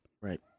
Right